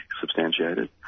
substantiated